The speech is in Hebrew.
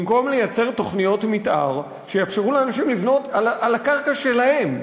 במקום לייצר תוכניות מתאר שיאפשרו לאנשים לבנות על הקרקע שלהם,